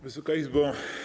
Wysoka Izbo!